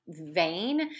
vain